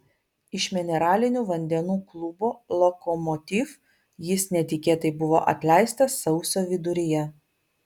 iš mineralinių vandenų klubo lokomotiv jis netikėtai buvo atleistas sausio viduryje